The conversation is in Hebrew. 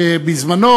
שבזמנו,